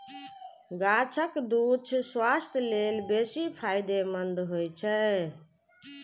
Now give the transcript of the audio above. गाछक दूछ स्वास्थ्य लेल बेसी फायदेमंद होइ छै